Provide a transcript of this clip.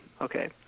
Okay